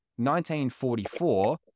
1944